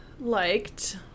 liked